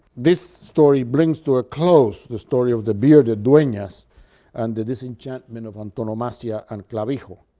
this story brings to a close the story of the bearded duenas and the disenchantment of antonomasia and clavijo.